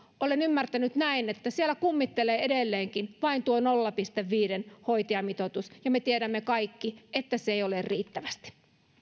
olen ymmärtänyt näin että siellä kummittelee edelleenkin tuo vain nolla pilkku viiden hoitajamitoitus ja me tiedämme kaikki että se ei ole riittävästi